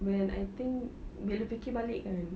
when I think bila fikir balik kan